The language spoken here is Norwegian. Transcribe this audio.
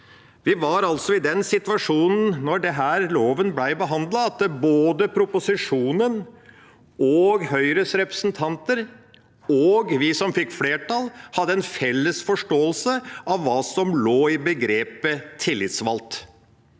Vi var altså i den situasjonen da loven ble behandlet, at både proposisjonen, Høyres representanter og vi som fikk flertall, hadde en felles forståelse av hva som lå i begrepet «tillitsvalgt».